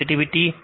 sensitivity